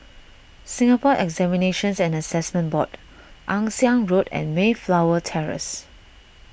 Singapore Examinations and Assessment Board Ann Siang Road and Mayflower Terrace